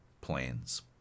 plans